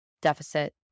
deficit